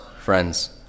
friends